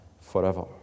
forever